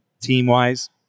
team-wise